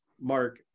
Mark